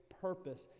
purpose